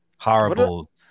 Horrible